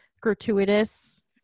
gratuitous